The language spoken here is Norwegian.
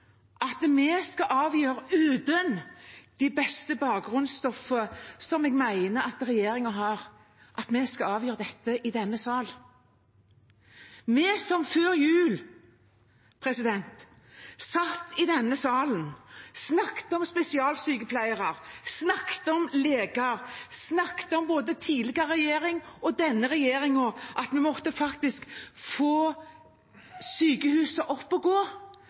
at vi – uten det beste bakgrunnsstoffet, som jeg mener regjeringen har – skal avgjøre dette i denne sal. Før jul satt vi i denne salen og snakket om spesialsykepleiere og leger, og vi – både tidligere regjering og denne regjeringen – snakket om at vi måtte få sykehusene opp å gå